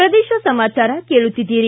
ಪ್ರದೇಶ ಸಮಾಚಾರ ಕೇಳುತ್ತಿದ್ದೀರಿ